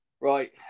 right